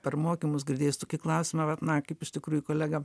per mokymus girdėjus tokį klausimą vat na kaip iš tikrųjų kolega